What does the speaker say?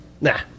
Nah